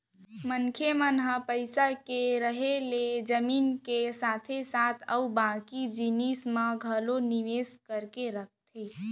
मनसे मन ह पइसा के रेहे ले जमीन के साथे साथ अउ बाकी जिनिस म घलोक निवेस करके रखथे